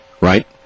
Right